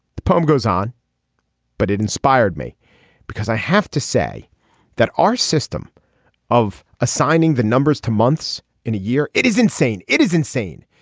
the poem goes on but it inspired me because i have to say that our system of assigning the numbers to months in a year it is insane. it is insane.